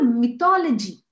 mythology